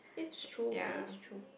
it's true it's true